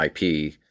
ip